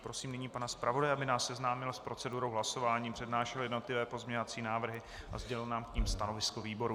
Prosím nyní pana zpravodaje, aby nás seznámil s procedurou hlasování, přednášel jednotlivé pozměňovací návrhy a sdělil nám k nim stanovisko výboru.